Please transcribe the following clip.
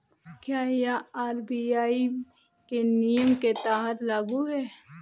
क्या यह आर.बी.आई के नियम के तहत लागू है?